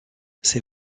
ses